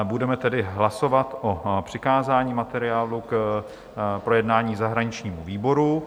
Budeme tedy hlasovat o přikázání materiálu k projednání zahraničnímu výboru.